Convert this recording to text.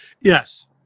Yes